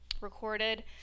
recorded